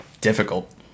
difficult